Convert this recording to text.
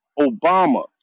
Obama